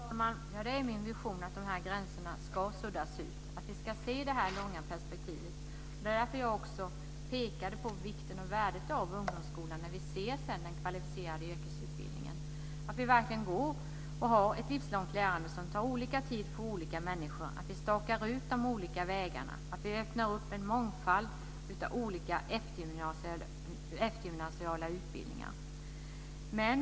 Fru talman! Det är min vision att dessa gränser ska suddas ut och att vi ska se det långa perspektivet. Det var därför jag pekade på vikten och värdet av ungdomsskolan i ljuset av den kvalificerade yrkesutbildningen. Det ska vara ett livslångt lärande som tar olika tid för olika människor. Vi stakar ut de olika vägarna. Vi skapar en mångfald av eftergymnasiala utbildningar.